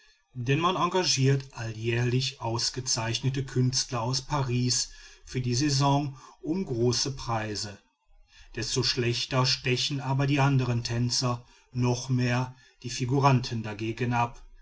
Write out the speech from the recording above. denn man engagiert alljährlich ausgezeichnete künstler aus paris für die saison um große preise desto schlechter stechen aber die anderen tänzer noch mehr die figuranten dagegen ab